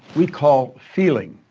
we call feeling.